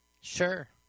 Sure